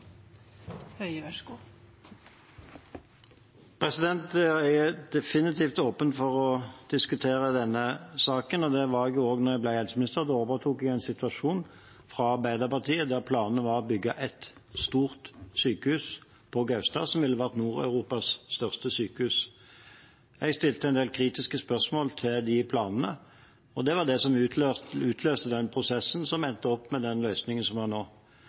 jeg er definitivt åpen for å diskutere denne saken, og det var jeg også da jeg ble helseminister. Da overtok jeg en situasjon fra Arbeiderpartiet der planen var å bygge ett stort sykehus på Gaustad, som ville vært Nord-Europas største sykehus. Jeg stilte en del kritiske spørsmål til de planene, og det var det som utløste den prosessen som endte med den løsningen som vi har nå.